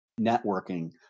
networking